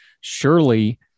surely